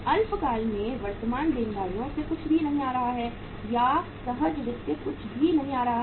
अल्पकाल से वर्तमान देनदारियों से कुछ भी नहीं आ रहा है या सहज वित्त कुछ भी नहीं आ रहा है